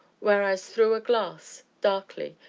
wherein as through a glass, darkly,